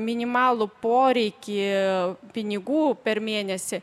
minimalų poreikį pinigų per mėnesį